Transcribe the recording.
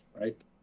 Right